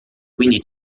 quindi